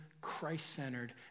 Christ-centered